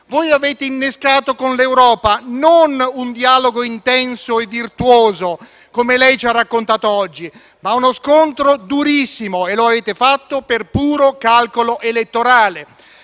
Voi avete innescato con l'Europa non un dialogo intenso e virtuoso - come lei ci ha raccontato oggi - ma uno scontro durissimo e lo avete fatto per puro calcolo elettorale,